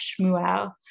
Shmuel